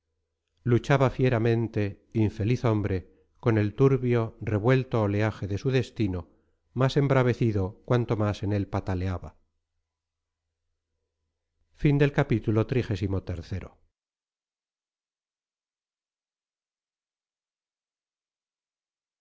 luchaba fieramente infeliz hombre con el turbio revuelto oleaje de su destino más embravecido cuanto más en él pataleaba